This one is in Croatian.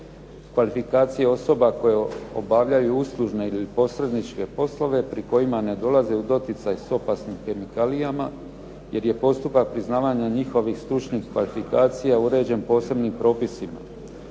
Kvalifikacije osoba koje obavljaju uslužne ili posredničke poslove pri kojima ne dolazi u doticaj s opasnim kemikalijama jer je postupak priznavanja njihovih stručnih kvalifikacija uređen posebnim propisima.